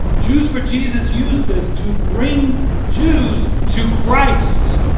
jews for jesus used this to bring jews to christ.